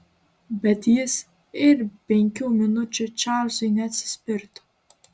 bet jis ir penkių minučių čarlzui neatsispirtų